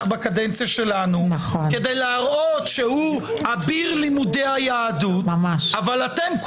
בקדנציה שלנו כדי להראות שהוא אביר לימודי היהדות אבל אתם,